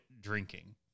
drinking